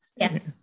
Yes